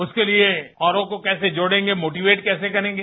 उसके लिए औरों को कैसे जोड़ेंगे मोटिवेट कैसे करेंगे